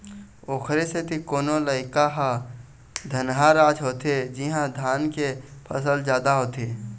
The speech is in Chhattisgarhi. ओखरे सेती कोनो इलाका ह धनहा राज होथे जिहाँ धान के फसल जादा होथे